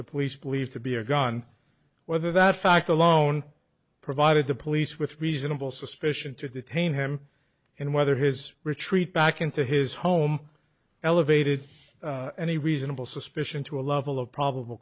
the police believed to be a gun whether that fact alone provided the police with reasonable suspicion to detain him and whether his retreat back into his home elevated any reasonable suspicion to a level of probable